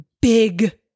big